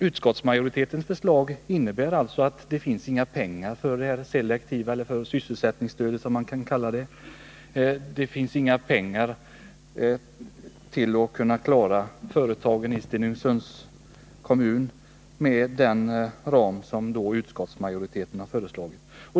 Utskottsmajoritetens förslag innebär alltså att det inte finns några pengar för sysselsättningsstöd till företagen i Stenungsunds kommun med den ram som utskottsmajoriteten föreslagit.